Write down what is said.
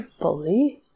bully